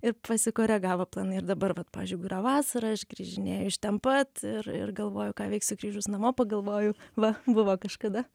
ir pasikoregavo planai ir dabar vat pavyzdžiui jeigu yra vasara aš grįžinėju iš ten pat ir ir galvoju ką veiksiu grįžus namo pagalvoju va buvo kažkada